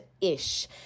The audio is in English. ish